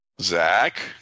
Zach